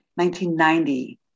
1990